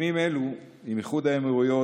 הסכמים אלו עם איחוד האמירויות,